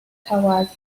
towers